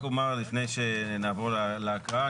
לפני שנעבור להקראה.